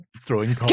throwing